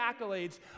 accolades